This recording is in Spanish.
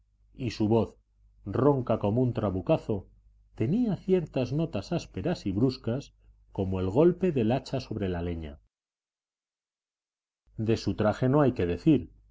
y su voz ronca como un trabucazo tenía ciertas notas ásperas y bruscas como el golpe del hacha sobre la leña de su traje no hay que decir